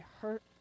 hurt